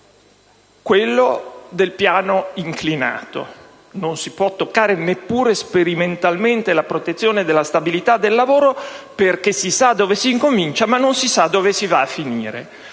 quello del «piano inclinato». Non si può toccare, neppure sperimentalmente, la protezione della stabilità del lavoro, perché si sa dove si incomincia, ma non si sa dove si va a finire.